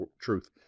truth